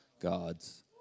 God's